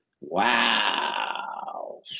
Wow